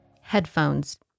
Headphones